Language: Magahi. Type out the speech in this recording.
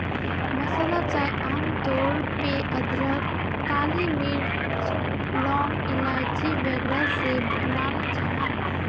मसाला चाय आम तौर पे अदरक, काली मिर्च, लौंग, इलाइची वगैरह से बनाल जाहा